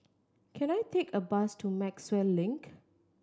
can I take a bus to Maxwell Link